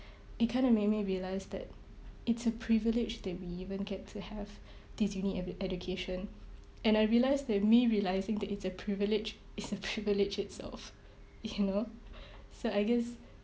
it kind of made me realise that it's a privilege that we even get to have this uni ed~ education and I realised that me realising that it's a privilege is a privilege itself you know so I guess